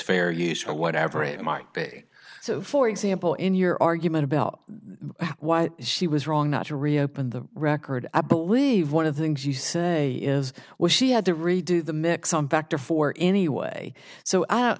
fair use whatever it might be so for example in your argument about why she was wrong not to reopen the record i believe one of the things you say is was she had to redo the mix some factor for anyway so i